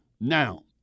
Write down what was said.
Now